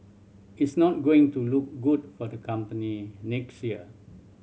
it's not going to look good for the company next year